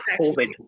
COVID